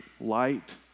light